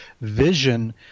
vision